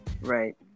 right